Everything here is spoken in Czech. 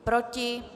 Proti?